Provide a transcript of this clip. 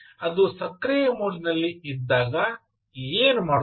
ಅದು ಸಕ್ರಿಯ ಮೋಡ್ಗೆ ಇದ್ದಾಗ ಏನು ಮಾಡುತ್ತದೆ